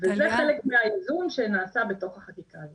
וזה חלק מהאיזון שנעשה בתוך החקיקה הזו.